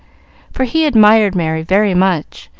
for he admired merry very much,